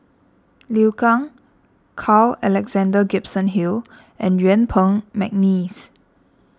Liu Kang Carl Alexander Gibson Hill and Yuen Peng McNeice